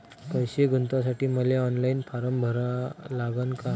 पैसे गुंतवासाठी मले ऑनलाईन फारम भरा लागन का?